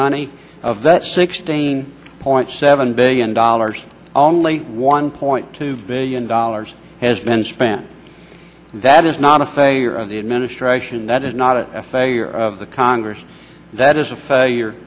money of that sixteen point seven billion dollars only one point two billion dollars has been spent that is not a failure of the administration that is not a failure of the congress that is a failure